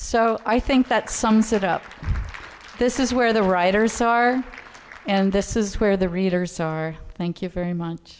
so i think that sums it up this is where the writers are and this is where the readers are thank you very much